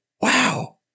wow